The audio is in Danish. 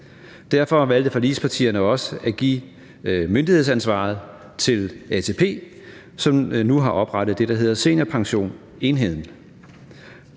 Derfor valgte forligspartierne også at give myndighedsansvaret til ATP, som nu har oprettet det, der hedder Seniorpensionsenheden.